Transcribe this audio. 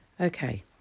Okay